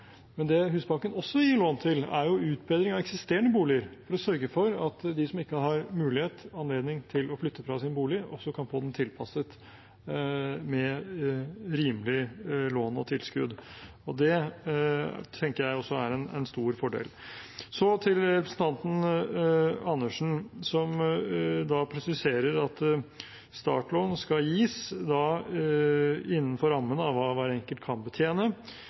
Men det Husbanken også gir lån til, er utbedring av eksisterende boliger, for å sørge for at de som ikke har mulighet og anledning til å flytte fra sin bolig, kan få den tilpasset med rimelige lån og tilskudd. Det tenker jeg også er en stor fordel. Så til representanten Andersen, som presiserer at startlån skal gis innenfor rammen av hva hver enkelt kan betjene,